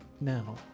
Now